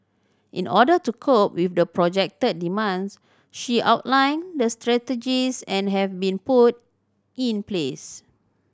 in order to cope with the projected demands she outlined the strategies and have been put in place